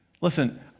Listen